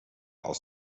aus